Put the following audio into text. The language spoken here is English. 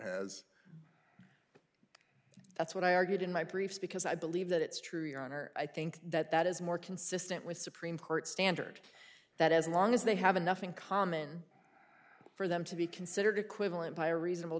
has that's what i argued in my previous because i believe that it's true your honor i think that that is more consistent with supreme court standard that as long as they have enough in common for them to be considered equivalent by a reasonable